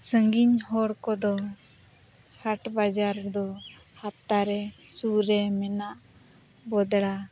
ᱥᱟᱹᱜᱤᱧ ᱦᱚᱲ ᱠᱚᱫᱚ ᱦᱟᱴ ᱵᱟᱡᱟᱨ ᱨᱮᱫᱚ ᱦᱟᱯᱛᱟ ᱨᱮ ᱥᱩᱨ ᱨᱮ ᱢᱮᱱᱟᱜ ᱵᱚᱫᱲᱟ